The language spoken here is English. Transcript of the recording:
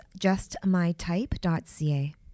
justmytype.ca